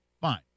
Fine